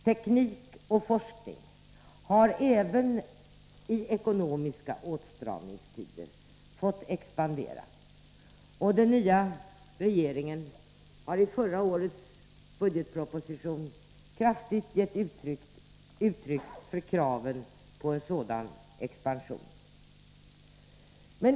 Teknik och stramningstider forskning har även i ekonomiska åtstramningstider fått expandera. Den nya regeringen har i förra årets budgetproposition kraftig gett uttryck för kraven på en sådan expansion.